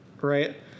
right